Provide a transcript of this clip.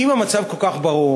אם המצב כל כך ברור,